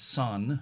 son